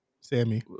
Sammy